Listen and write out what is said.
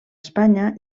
espanya